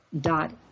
dot